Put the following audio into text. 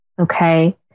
okay